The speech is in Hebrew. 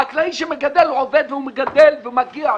החקלאי שמגדל עובד והוא מגדל ומגיע לו.